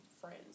friends